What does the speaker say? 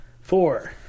Four